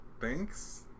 thanks